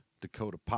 Dakota